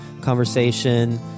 conversation